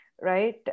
right